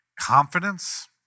confidence